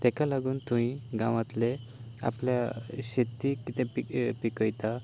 थंय ताका लागून थंय गांवांतले आपलें शेती कितें पिकयतात